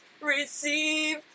receive